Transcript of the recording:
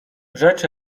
rzecz